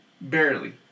barely